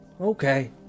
Okay